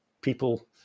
people